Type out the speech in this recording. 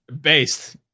Based